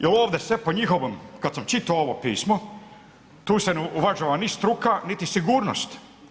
Jer ovdje je sve po njihovom, kada sam čitao ovo pismo tu se ne uvažava ni struka niti sigurnost.